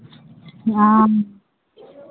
हँ